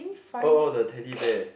oh the Teddy Bear